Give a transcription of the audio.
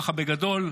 ככה בגדול,